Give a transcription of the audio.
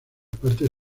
parte